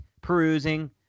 perusing